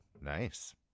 Nice